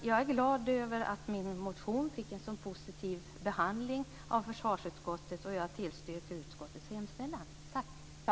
Jag är glad över att min motion fick en så positiv behandling av försvarsutskottet, och jag tillstyrker utskottets hemställan.